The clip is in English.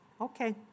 okay